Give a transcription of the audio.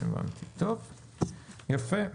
יפה.